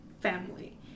family